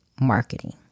marketing